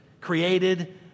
created